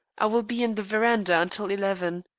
i will be in the verandah until eleven.